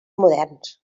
moderns